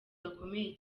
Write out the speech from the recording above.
gakomeye